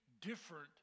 different